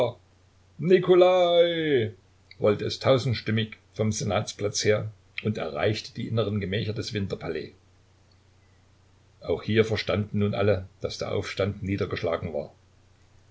es tausendstimmig vom senatsplatz her und erreichte die inneren gemächer des winterpalais auch hier verstanden nun alle daß der aufstand niedergeschlagen war